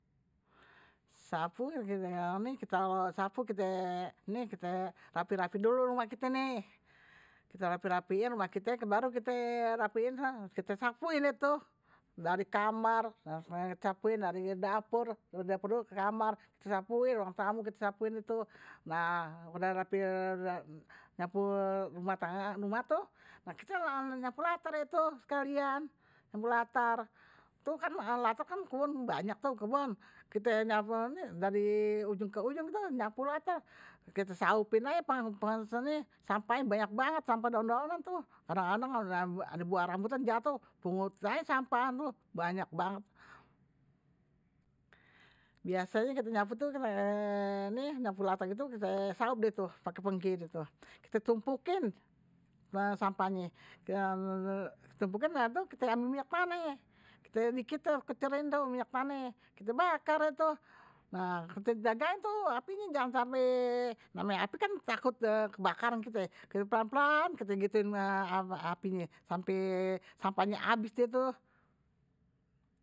Sapu kite ini kalo sapu kite rapih rapihin dulu rumah kite nih, kite rapih rapihin rumah kite baru kite baru kite sapuin dah tuh dari kamar langsung kite sapuin dari dapur, dari dapur dulu ke kamar, ruang tamu kite sapuin deh tuh nah udah rapi nyapu rumah tangga rumah tuh nah kite nyapu latar deh tuh sekalian, nyapu latar, latar kan kebon banyak tuh kebon kite nyapu dari ujung ke ujung tuh nyapu latar, kite saupin aje sampahnye banyak banget sampah daon daonan tuh kadang kadang ada buah rambutan jatoh pungutin aje sampah tuh banyak banget, biasenye kite nyapu, nyapu latar tuh kite saup deh tuh pake pengki deh tuh, kite tumpukin sampahnye abis ntu kite ambil minyak taneh kite kecerin tuh minyak taneh kite bakar deh tuh, nah kite jagain tuh apinye jangan sampe namanye api kan takut kebakaran kite, kite pelan pelan kite gituin apinye sampe sampahnye habis deh tuh.